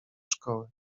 szkoły